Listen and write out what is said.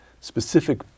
specific